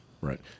Right